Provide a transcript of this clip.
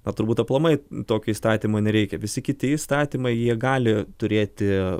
na turbūt aplamai tokio įstatymo nereikia visi kiti įstatymai jie gali turėti